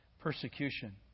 persecution